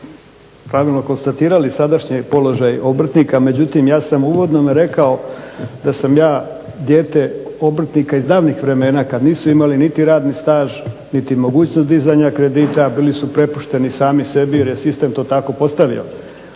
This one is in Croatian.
pravilno konstatirali sadašnji položaj obrtnika. Međutim, ja sam uvodno rekao da sam ja dijete obrtnika iz davnih vremena kad nisu imali niti radni staž, niti mogućnost dizanja kredita, bili su prepušteni sami sebi jer je sistem to tako postavio.